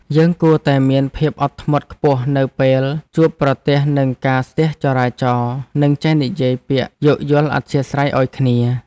យើងគួរតែមានភាពអត់ធ្មត់ខ្ពស់នៅពេលជួបប្រទះនឹងការស្ទះចរាចរណ៍និងចេះនិយាយពាក្យយោគយល់អធ្យាស្រ័យឱ្យគ្នា។